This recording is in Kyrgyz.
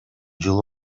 жыл